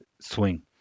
swing